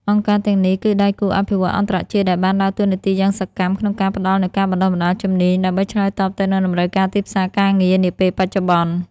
អង្គការទាំងនេះ គឺដៃគូអភិវឌ្ឍន៍អន្តរជាតិ ដែលបានដើរតួនាទីយ៉ាងសកម្មក្នុងការផ្តល់នូវការបណ្តុះបណ្តាលជំនាញ ដើម្បីឆ្លើយតបទៅនឹងតម្រូវការទីផ្សារការងារនាពេលបច្ចុប្បន្ន។